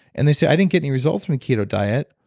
and they say, i didn't get any results with the keto diet.